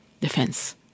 defense